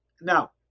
Now